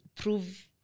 prove